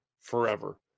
forever